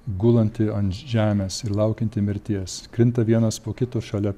gulantį ant žemės ir laukiantį mirties krinta vienas po kito šalia